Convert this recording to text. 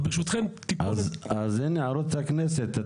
ערוץ הכנסת,